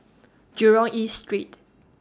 Jurong East Street